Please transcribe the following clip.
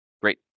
Great